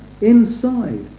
inside